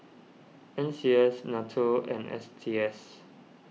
N C S Nato and S T S